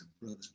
brother